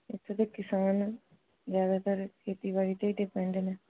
ਇੱਥੋਂ ਦੇ ਕਿਸਾਨ ਜ਼ਿਆਦਾਤਰ ਖੇਤੀਬਾੜੀ 'ਤੇ ਡਿਪੈਂਡ ਨੇ